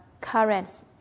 currents